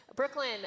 Brooklyn